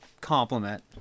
compliment